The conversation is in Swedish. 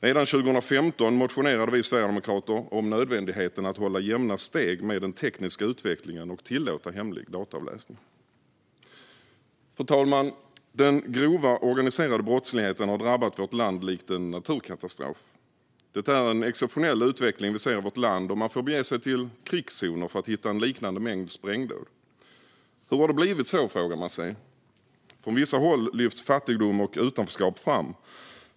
Redan 2015 motionerade vi sverigedemokrater om nödvändigheten i att hålla jämna steg med den tekniska utvecklingen och tillåta hemlig dataavläsning. Fru talman! Den grova organiserade brottsligheten har drabbat vårt land likt en naturkatastrof. Det är en exceptionell utveckling vi ser i vårt land. Man får bege sig till krigszoner för att hitta en liknande mängd sprängdåd. Hur har det blivit så? frågar man sig. Från vissa håll lyfts fattigdom och utanförskap fram som orsaker.